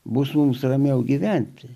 bus mums ramiau gyventi